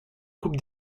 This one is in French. coupe